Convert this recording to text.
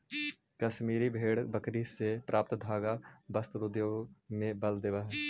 कश्मीरी भेड़ बकरी से प्राप्त धागा वस्त्र उद्योग के बल देवऽ हइ